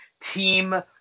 team